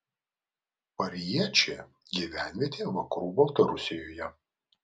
pariečė gyvenvietė vakarų baltarusijoje